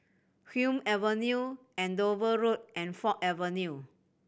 Hume Avenue Andover Road and Ford Avenue